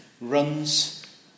runs